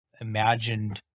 imagined